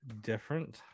different